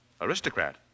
Aristocrat